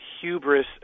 hubris